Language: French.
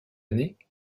année